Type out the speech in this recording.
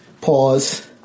Pause